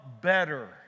better